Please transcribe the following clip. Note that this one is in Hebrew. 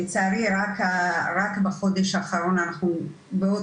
לצערי רק בחודש האחרון אנחנו בעוד